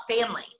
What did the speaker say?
family